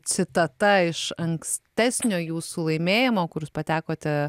citata iš ankstesnio jūsų laimėjimo kur jūs patekote